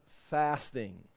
fasting